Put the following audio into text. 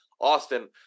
Austin